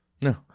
No